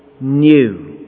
new